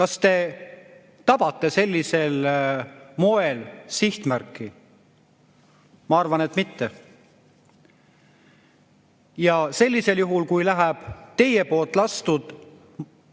kas te tabate sellisel moel sihtmärki? Ma arvan, et mitte. Ja sellisel juhul, kui teie lastud